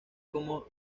como